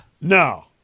No